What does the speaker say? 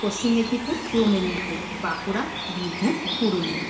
Paschim Medinipur Purba Medinipur Bankura Birbhum Purulia